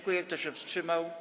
Kto się wstrzymał?